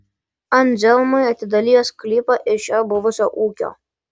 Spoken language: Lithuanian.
anzelmui atidalijo sklypą iš jo buvusio ūkio